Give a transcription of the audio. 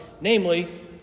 namely